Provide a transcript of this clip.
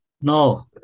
no